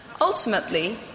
Ultimately